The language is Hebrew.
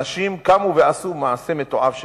אנשים קמו ועשו מעשה מתועב שכזה.